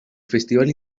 festival